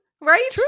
right